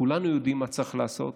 כולנו יודעים מה צריך לעשות.